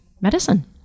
medicine